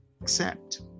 accept